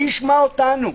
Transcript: מי ישמע אותנו?